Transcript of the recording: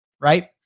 Right